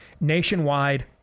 nationwide